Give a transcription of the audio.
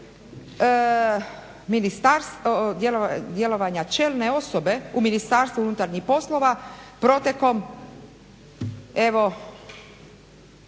djelovanja čelne osobe u Ministarstvu unutarnjih poslova protekom